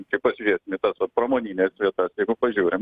kai pasižiūrėsim į tas vat pramonines vietas jeigu pažiūrim